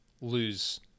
lose